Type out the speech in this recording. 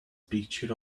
picture